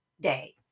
day